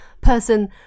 person